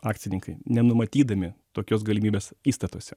akcininkai nenumatydami tokios galimybės įstatuose